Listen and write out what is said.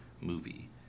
movie